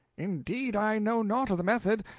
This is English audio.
indeed, i know naught of the method.